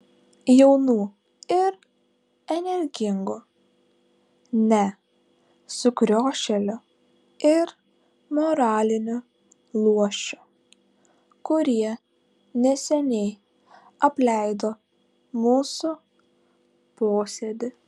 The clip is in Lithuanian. jaunų ir energingų ne sukriošėlių ir moralinių luošių kurie neseniai apleido mūsų posėdį